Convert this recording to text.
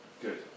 good